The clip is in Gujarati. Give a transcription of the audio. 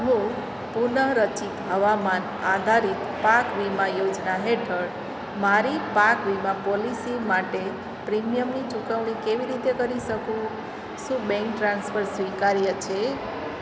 હું પુનઃરચિત હવામાન આધારિત પાક વીમા યોજના હેઠળ મારી પાક વીમા પોલિસી માટે પ્રીમિયમની ચુકવણી કેવી રીતે કરી શકું શું બેંક ટ્રાન્સફર સ્વીકાર્ય છે